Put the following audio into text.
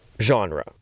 genre